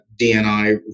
DNI